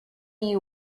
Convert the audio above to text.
you